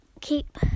Keep